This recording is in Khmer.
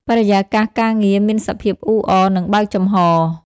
បរិយាកាសការងារមានសភាពអ៊ូអរ និងបើកចំហរ។